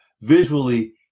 visually